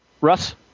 Russ